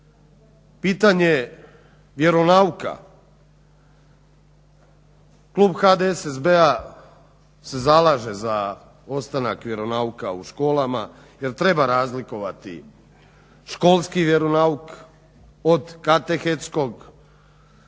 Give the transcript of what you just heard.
Pitanje vjeronauka, klub HDSSB-a se zalaže za ostanak vjeronauka u školama jer treba razlikovati školski vjeronauk od katehetskog. Školski